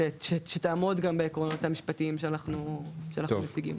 שתעמוד גם בעקרונות המשפטיים שאנחנו מציגים.